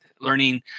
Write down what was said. learning